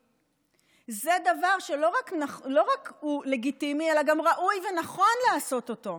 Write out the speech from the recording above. זה דבר שהוא לא רק לגיטימי אלא גם ראוי ונכון לעשות אותו.